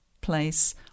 place